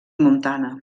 montana